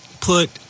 put